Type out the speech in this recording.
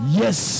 yes